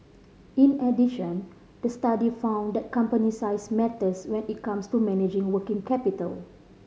in addition the study found that company size matters when it comes to managing working capital